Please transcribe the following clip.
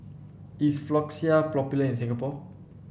is Floxia popular in Singapore